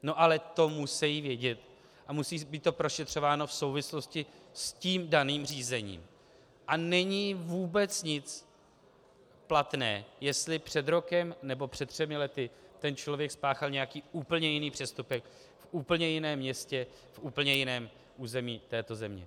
No ale to musejí vědět a musí to být prošetřováno v souvislosti s tím daným řízením a není vůbec nic platné, jestli před rokem nebo před třemi lety ten člověk spáchal nějaký úplně jiný přestupek v úplně jiném městě, v úplně jiném území této země.